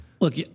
Look